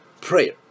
prayer